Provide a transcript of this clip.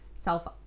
self